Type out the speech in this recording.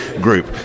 group